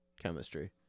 chemistry